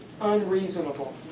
unreasonable